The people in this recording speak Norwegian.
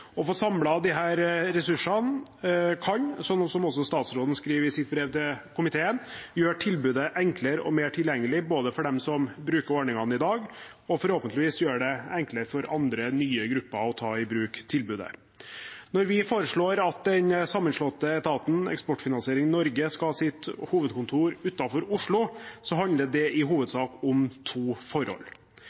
Å få samlet disse ressursene kan, som også statsråden skriver i sitt brev til komiteen, gjøre tilbudet enklere og mer tilgjengelig for dem som bruker ordningene i dag, og det kan forhåpentligvis gjøre det enklere for andre, nye grupper å ta i bruk tilbudet. Når vi foreslår at den sammenslåtte etaten, Eksportfinansiering Norge, skal ha sitt hovedkontor utenfor Oslo, handler det i hovedsak om to forhold.